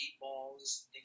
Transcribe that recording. balls